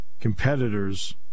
competitors